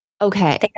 Okay